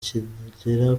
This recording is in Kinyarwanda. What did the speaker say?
kigera